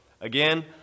again